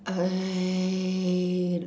err